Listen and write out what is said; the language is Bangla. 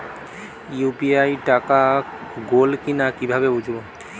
ইউ.পি.আই টাকা গোল কিনা কিভাবে বুঝব?